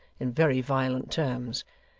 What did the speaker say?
in very violent terms.